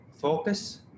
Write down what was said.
focus